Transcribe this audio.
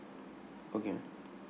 okay